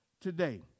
today